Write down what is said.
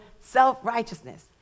self-righteousness